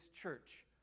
church